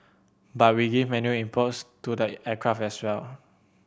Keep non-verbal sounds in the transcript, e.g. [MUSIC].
but we give manual inputs to the [UNINTELLIGIBLE] aircraft as well